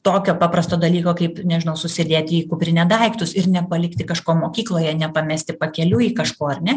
tokio paprasto dalyko kaip nežinau susidėti į kuprinę daiktus ir nepalikti kažko mokykloje nepamesti pakeliui kažko ar ne